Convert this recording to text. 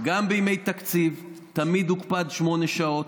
היא שגם בימי תקציב, תמיד הוקפד על שמונה שעות.